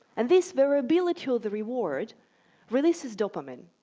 and this variability of the reward releases dopamine,